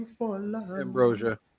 Ambrosia